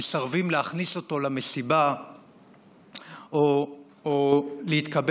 מסרבים להכניס אותו למסיבה או לקבל